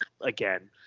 again